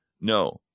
No